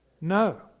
No